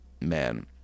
man